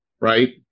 right